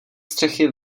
střechy